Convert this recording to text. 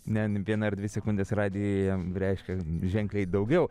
ne viena ar dvi sekundės radijuje reiškia ženkliai daugiau